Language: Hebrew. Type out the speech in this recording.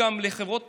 גם לחברות תעופה,